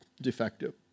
defective